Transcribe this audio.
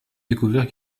découvert